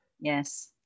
Yes